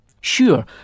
Sure